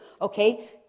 okay